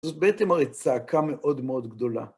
זאת בעצם הרי צעקה מאוד מאוד גדולה.